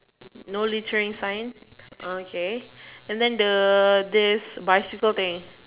no littering signs okay and then the this bicycle thing